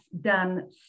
done